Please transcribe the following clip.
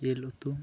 ᱡᱤᱞ ᱩᱛᱩ